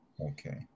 Okay